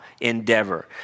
endeavor